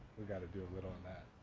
we gotta do a little of that.